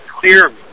clear